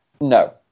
No